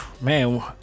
man